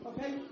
Okay